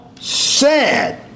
sad